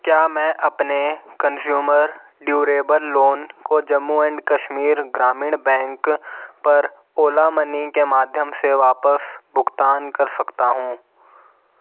क्या मैं अपने कंज़्यूमर ड्यूरेबल लोन को जम्मू एंड कश्मीर ग्रामीण बैंक पर ओला मनी के माध्यम से वापस भुगतान कर सकता हूँ